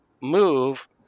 move